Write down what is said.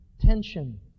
tension